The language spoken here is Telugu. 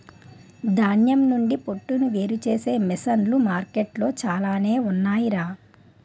ధాన్యం నుండి పొట్టును వేరుచేసే మిసన్లు మార్కెట్లో చాలానే ఉన్నాయ్ రా